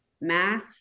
Math